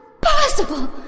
possible